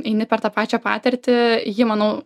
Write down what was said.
eini per tą pačią patirtį ji manau